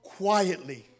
quietly